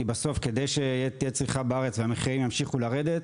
כי בסוף כדי שתהיה צמיחה בארץ ושהמחירים ימשיכו לרדת,